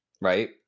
right